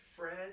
Fred